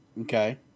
Okay